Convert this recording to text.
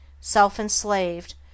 self-enslaved